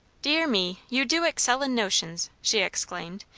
dear me, you do excel in notions! she exclaimed,